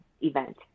event